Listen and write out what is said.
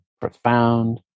profound